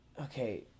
Okay